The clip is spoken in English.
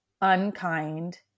unkind